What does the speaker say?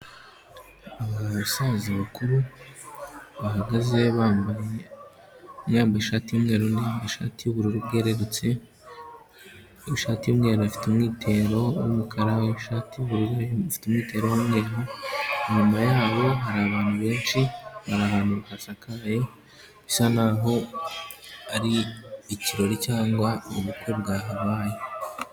Aba basaza bakuru. bahagaze bambaye, yamba shati y'umweru ,undi ishati y'ubururu bwerutse, ishati imwe ina afite umwitero w'umukara, ishati y'uburu, ifite numwiro w'umweru. nyuma yabo hari abantu benshi, hasakaye bisa nkaho ari ikirori cyangwa ubukwe bwa habaye.